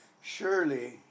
Surely